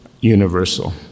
universal